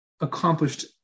accomplished